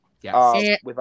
yes